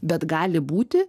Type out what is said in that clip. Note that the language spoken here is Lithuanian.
bet gali būti